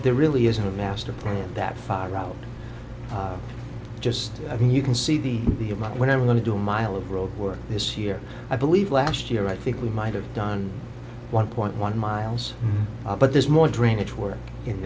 there really isn't a master plan that fire out just i mean you can see the the about when i'm going to do a mile of road work this year i believe last year i think we might have done one point one miles but there's more drainage work in